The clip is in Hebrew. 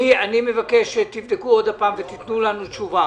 אני מבקש שתבדקו שוב ותיתנו לנו תשובה